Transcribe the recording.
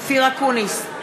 אופיר אקוניס,